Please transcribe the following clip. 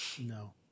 No